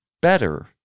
better